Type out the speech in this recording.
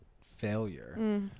failure